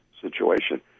situation